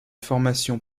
formation